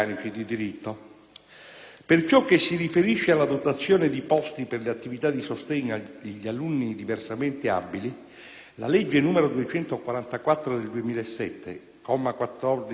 Per ciò che si riferisce alla dotazione di posti per le attività di sostegno agli alunni diversamente abili, la legge n. 244 del 2007 - comma 413 dell'articolo 2